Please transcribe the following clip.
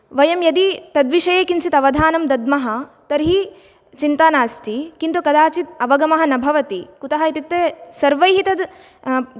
वयं यदि तद् विषये किञ्चिद् अवधानं दद्मः तर्हि चिन्ता नास्ति किन्तु कदाचित् अवगमः न भवति कुतः इत्युक्ते सर्वैः तद्